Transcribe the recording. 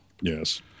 Yes